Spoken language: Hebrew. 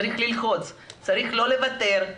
צריך ללחוץ ולא לוותר.